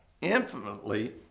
infinitely